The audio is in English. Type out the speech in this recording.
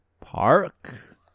park